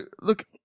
look